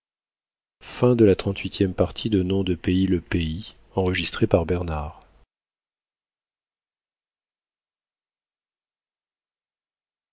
le nom de